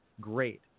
great